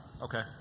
okay